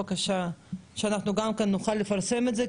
שאנחנו נוכל לפרסם את זה,